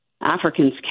Africans